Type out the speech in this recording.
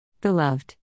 Beloved